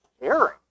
caring